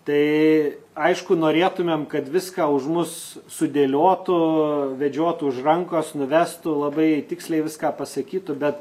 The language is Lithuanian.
tai aišku norėtumėm kad viską už mus sudėliotų vedžiotų už rankos nuvestų labai tiksliai viską pasakytų bet